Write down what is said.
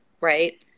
Right